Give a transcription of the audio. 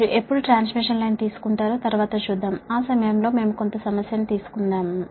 మీరు ఎప్పుడు transmission line తీసుకుంటారో తరువాత చూద్దాము ఆ సమయంలో మేము కొంత సమస్యను తీసుకుందాము